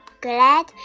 glad